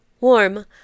Warm